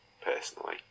personally